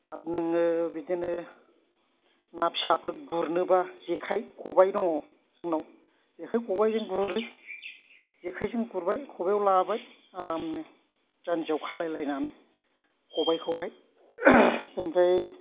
नोङो बिदिनो ना फिसाफोर गुरनोब्ला जेखाइ खबाय दङ जोंनाव जेखाइ खबायजों गुरो जेखाइजों गुरबाय खबायाव लाबाय आरामनो जान्जियाव खालायलायनानै खबायखौहाय ओमफ्राय